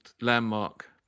landmark